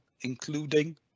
including